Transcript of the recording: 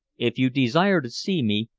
if you desire to see me,